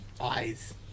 eyes